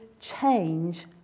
change